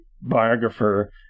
biographer